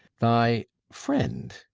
thy friend,